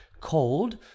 cold